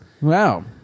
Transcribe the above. Wow